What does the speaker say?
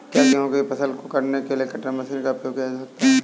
क्या गेहूँ की फसल को काटने के लिए कटर मशीन का उपयोग किया जा सकता है?